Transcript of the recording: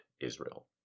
Israel